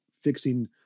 fixing